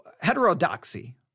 heterodoxy